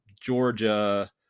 Georgia